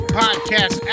podcast